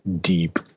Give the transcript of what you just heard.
deep